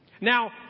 Now